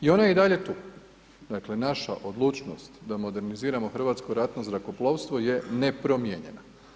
I ona je i dalje tu, dakle naša odlučnost da moderniziramo hrvatsko ratno zrakoplovstvo je nepromijenjena.